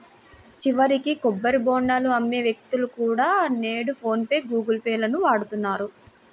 చివరికి కొబ్బరి బోండాలు అమ్మే వ్యక్తులు కూడా నేడు ఫోన్ పే లేదా గుగుల్ పే లను వాడుతున్నారు